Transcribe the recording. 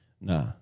Nah